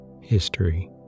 History